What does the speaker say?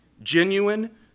Genuine